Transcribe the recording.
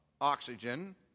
oxygen